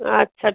আচ্ছা ঠিক